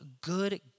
good